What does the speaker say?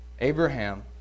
Abraham